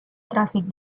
tràfic